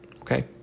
Okay